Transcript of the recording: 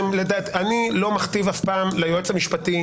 אני לא מכתיב אף פעם ליועץ המשפטי